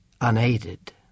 unaided